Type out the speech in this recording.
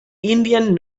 indian